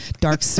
dark